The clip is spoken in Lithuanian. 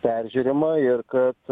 peržiūrima ir kad